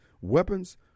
weapons